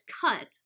cut